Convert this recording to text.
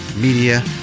Media